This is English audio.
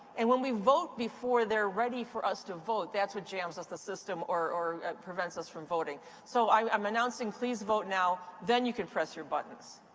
and when we vote before they're ready for us to vote, that's what jams up the system, or or prevents us from voting so i'm announcing please vote now. then you can press your buttons.